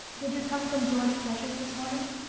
did you come from george fletcher's this morning?